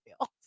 feel